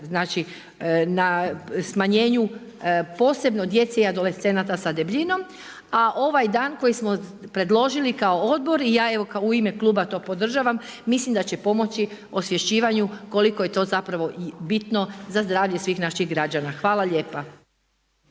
na smanjenju posebno djece i adolescenata sa debljinom. A ovaj dan koji smo predložili kao odbor i ja evo u ime kluba to podržavam. Mislim da će pomoći osvješćivanju koliko je to zapravo bitno za zdravlje svih naših građana. Hvala lijepa.